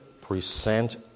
present